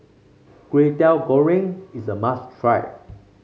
Kway Teow Goreng is a must try